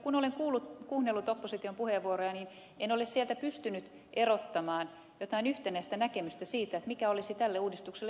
kun olen kuunnellut opposition puheenvuoroja niin en ole sieltä pystynyt erottamaan mitään yhtenäistä näkemystä siitä mikä olisi tälle uudistukselle vaihtoehto